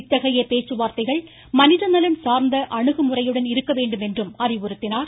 இத்தகைய பேச்சுவார்த்தைகள் மனித நலம் சார்ந்த அணுகுமுறையுடன் இருக்க வேண்டும் என்றும் அறிவுறுத்தினார்